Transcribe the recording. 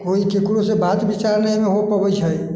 केओ ककरोसँ बात विचार नहि एहिमे हो पाबैत छै